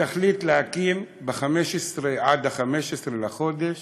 התכלית היא להקים עד ה-15 בחודש